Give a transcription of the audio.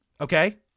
okay